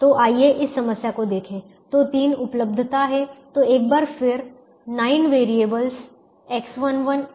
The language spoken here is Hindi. तो आइए इस समस्या को देखें तो तीन उपलब्धता है तो एक बार फिर 9 वेरिएबल X11 X13 से X33 तक हैं